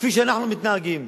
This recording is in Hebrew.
כפי שאנחנו מתנהגים.